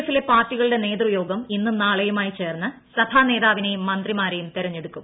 എഫിലെ ഗവർണറെ കണ്ട് പാർട്ടികളുടെ നേതൃയോഗം ഇന്നും നാളെയുമായി ചേർന്ന് സഭാനേതാവിനെയും മന്ത്രിമാരെയും തെരഞ്ഞെടുക്കും